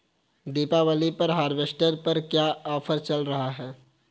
दीपावली पर हार्वेस्टर पर क्या ऑफर चल रहा है?